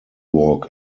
walk